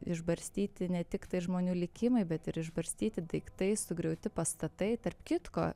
išbarstyti ne tiktai žmonių likimai bet ir išbarstyti daiktai sugriauti pastatai tarp kitko